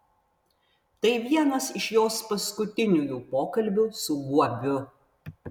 tai vienas iš jos paskutiniųjų pokalbių su guobiu